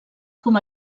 com